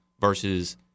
versus